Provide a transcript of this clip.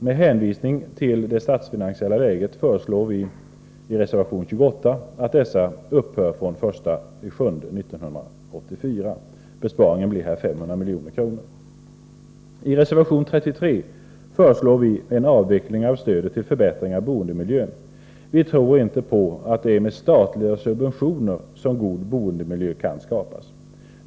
Med hänvisning till det statsfinansiella läget föreslår vii reservation 28 att dessa upphör från den 1 juli 1984. Besparingen blir här 500 milj.kr. I reservation 33 föreslår vi en avveckling av stödet till förbättring av boendemiljön. Vi tror inte på att det är med statliga subventioner som en god boendemiljö kan skapas.